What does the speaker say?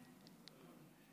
אדוני היושב-ראש,